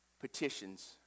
petitions